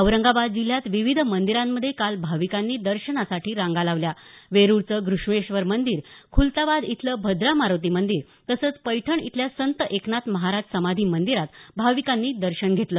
औरंगाबाद जिल्ह्यात विविध मंदिरांमध्ये काल भाविकांनी दर्शनासाठी रांगा लावल्या वेरुळचं घृष्णेश्वर मंदीर खुलताबाद इथलं भद्रा मारोती मंदीर तसंच पैठण इथल्या संत एकनाथ महाराज समाधी मंदिरात भाविकांनी दर्शन घेतलं